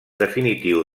definitiu